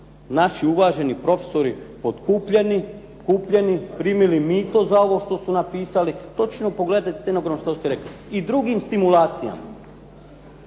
naši uvaženi profesori potkupljeni, kupljeni primili mito za ovo što su napisali. Točno pogledajte u fonogram što ste rekli i drugim stimulacijama.